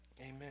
amen